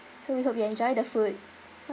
so we hope you enjoy the food